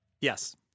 Yes